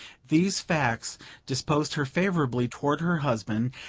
these facts disposed her favourably toward her husband,